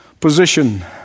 position